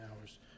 hours